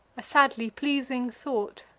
a sadly pleasing thought